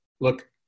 look